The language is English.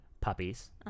puppies